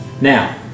Now